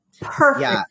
perfect